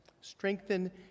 strengthen